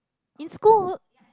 in school